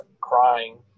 crying